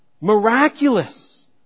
miraculous